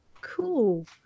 Cool